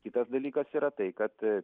kitas dalykas yra tai kad